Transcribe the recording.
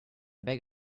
beg